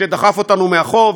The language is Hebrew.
שדחף אותנו מאחור,